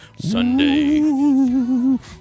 Sunday